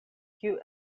kiu